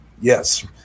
Yes